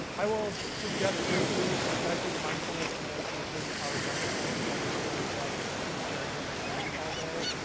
i will suggest briefly that i think mindfulness and meditation are wonderful, especially for those of us who are staring at screens all day.